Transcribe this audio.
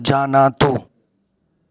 जानातु